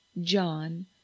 John